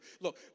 Look